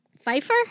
Pfeiffer